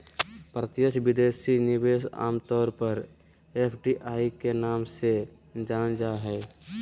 प्रत्यक्ष विदेशी निवेश आम तौर पर एफ.डी.आई के नाम से जानल जा हय